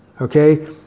okay